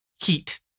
heat